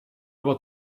about